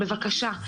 בבקשה,